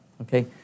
okay